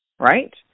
right